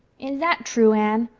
is that true, anne?